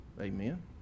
Amen